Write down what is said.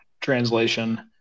translation